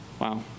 Wow